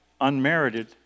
unmerited